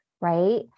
right